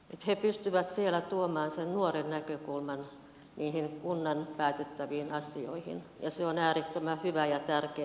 he pystyvät siellä tuomaan sen nuoren näkökulman niihin kunnan päätettäviin asioihin ja se on äärettömän hyvä ja tärkeä asia